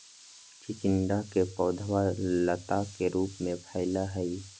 चिचिंडा के पौधवा लता के रूप में फैला हई